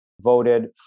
voted